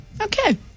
Okay